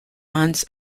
months